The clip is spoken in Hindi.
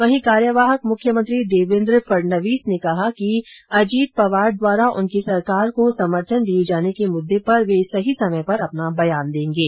वहीं कार्यवाहक मुख्यमंत्री देवेन्द्र फड़नवीस ने कहा है कि अजीत पवार द्वारा उनकी सरकार को समर्थन दिये जाने के मुद्दे पर वे सही समय पर अपना बयान देंगे